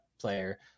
player